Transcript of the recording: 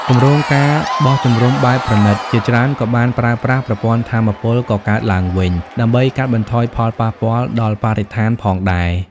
គម្រោង ការបោះជំរំបែបប្រណីត ជាច្រើនក៏បានប្រើប្រាស់ប្រព័ន្ធថាមពលកកើតឡើងវិញ ដើម្បីកាត់បន្ថយផលប៉ះពាល់ដល់បរិស្ថានផងដែរ។